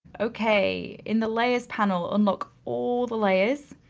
okay, in the layers panel, unlock all the layers,